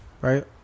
right